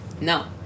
no